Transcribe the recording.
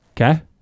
Okay